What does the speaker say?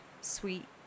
sweet